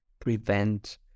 prevent